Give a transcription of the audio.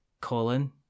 Colin